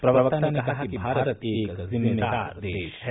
प्रवक्ता ने कहा कि भारत एक जिम्मेदार देश है